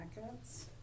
packets